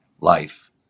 life